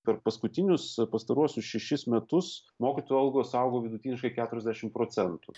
per paskutinius pastaruosius šešis metus mokytojų algos augo vidutiniškai keturiasdešim procentų